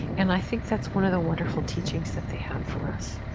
and i think that's one of the wonderful teachings that they have for us.